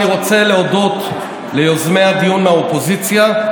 אני רוצה להודות ליוזמי הדיון מהאופוזיציה על